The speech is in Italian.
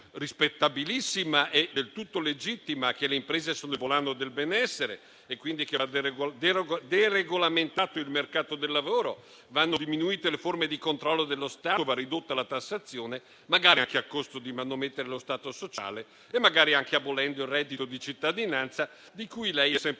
rispettabilissima e del tutto legittima che le imprese sono il volano del benessere, che vada deregolamentato quindi il mercato del lavoro, vadano diminuite le forme di controllo dello Stato e vada ridotta la tassazione, magari anche a costo di manomettere lo Stato sociale e di abolire il reddito di cittadinanza, di cui è sempre